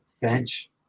bench